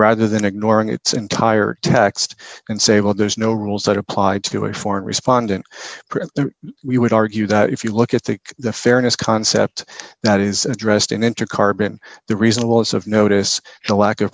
rather than ignoring its entire text and say well there's no rules that apply to a foreign respondent we would argue that if you look at the the fairness concept that is addressed in enter carbon the reasonable is of notice the lack of